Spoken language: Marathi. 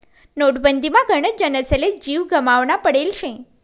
नोटबंदीमा गनच जनसले जीव गमावना पडेल शे